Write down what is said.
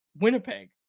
Winnipeg